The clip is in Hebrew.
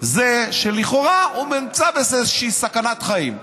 הוא שלכאורה הוא נמצא באיזושהי סכנת חיים,